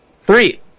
three